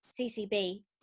CCB